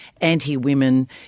anti-women